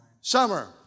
Summer